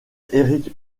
eric